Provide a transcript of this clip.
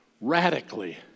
radically